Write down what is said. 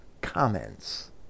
comments